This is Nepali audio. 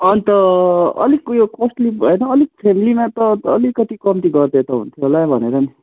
अनि त अलिक ऊ यो कस्टली भएन अलिक फ्यामिलीमा त अलिकति कम्ती गरिदिए त हुन्थ्यो होला भनेर नि